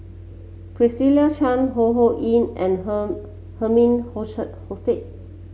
Patricia Chan Ho Ho Ying and her Herman Hochstadt